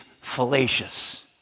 fallacious